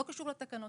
לא קשור לתקנות.